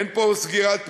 אין פה סגירת פערים,